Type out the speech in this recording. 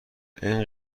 این